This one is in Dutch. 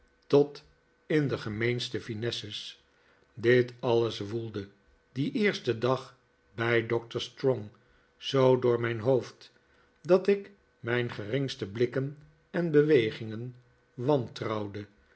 tot in de gemeenste finesses dit alles woelde dien eersten dag bij doctor strong zoo door mijn hoofd dat ik mijn gerlngste blikken en bewegingen wantrouwde